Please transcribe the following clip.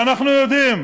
שאנחנו יודעים